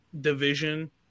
division